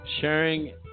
sharing